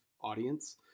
audience